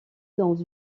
dans